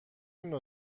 نوع